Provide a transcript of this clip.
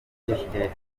ifite